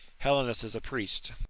helenus is a priest.